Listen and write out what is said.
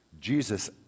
Jesus